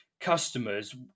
customers